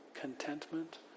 contentment